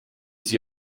sie